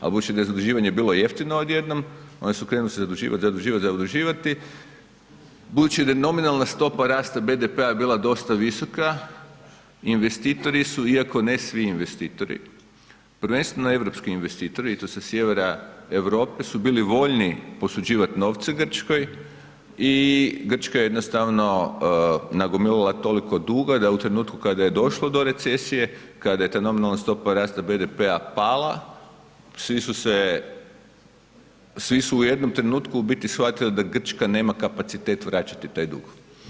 Ali budući da je zaduživanje bilo jeftino odjednom oni su krenuli se zaduživati, zaduživati, zaduživati budući da je nominalna stopa rasta BDP-a je bila dosta visoka, investitori su iako ne svi investitori, prvenstveno europski investitori i to sa sjevera Europe su bili voljni posuđivati novce Grčkoj i Grčka je jednostavno nagomilala toliko duga da u trenutku kada je došlo do recesije, kada je ta nominalna stopa rasta BDP-a pala svi su se svi su u jednom trenutku shvatili da Grčka nema kapacitet vraćati taj dug.